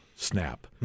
Snap